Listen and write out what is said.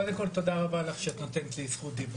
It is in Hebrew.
קודם כל תודה רבה על זכות הדיבור.